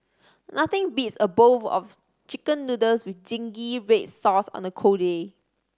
nothing beats a bowl of Chicken Noodles with zingy red sauce on a cold day